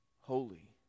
holy